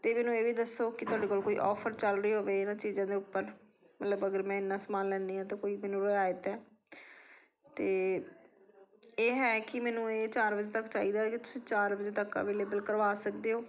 ਅਤੇ ਮੈਨੂੰ ਇਹ ਵੀ ਦੱਸੋ ਕਿ ਤੁਹਾਡੇ ਕੋਲ ਕੋਈ ਆਫਰ ਚੱਲ ਰਹੀ ਹੋਵੇ ਇਹਨਾਂ ਚੀਜ਼ਾਂ ਦੇ ਉੱਪਰ ਮਤਲਬ ਅਗਰ ਮੈਂ ਇੰਨਾ ਸਮਾਨ ਲੈਂਦੀ ਹਾਂ ਤਾਂ ਕੋਈ ਮੈਨੂੰ ਰਿਆਇਤ ਹੈ ਅਤੇ ਇਹ ਹੈ ਕਿ ਮੈਨੂੰ ਇਹ ਚਾਰ ਵਜੇ ਤੱਕ ਚਾਹੀਦਾ ਕੀ ਤੁਸੀਂ ਚਾਰ ਵਜੇ ਤੱਕ ਅਵੇਲੇਬਲ ਕਰਵਾ ਸਕਦੇ ਹੋ